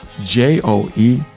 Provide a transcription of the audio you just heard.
joe